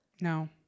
No